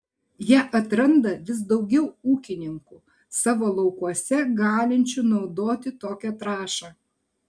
ją atranda vis daugiau ūkininkų savo laukuose galinčių naudoti tokią trąšą